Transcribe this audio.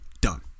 done